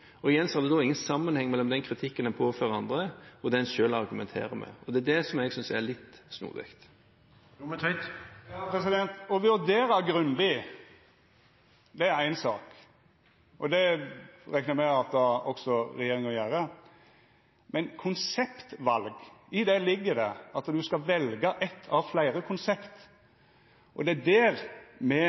vurderingen. Igjen er det ingen sammenheng mellom den kritikken en påfører andre, og det en selv argumenterer med. Og det er det jeg synes er litt snodig. Å vurdera grundig er éi sak – og det reknar eg med at regjeringa gjer – men i konseptval ligg det at ein skal velja eit av fleire konsept. Det er her me